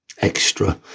extra